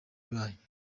ibaye